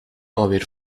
alweer